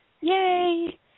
Yay